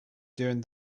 during